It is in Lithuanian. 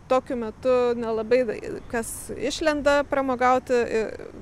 tokiu metu nelabai kas išlenda pramogauti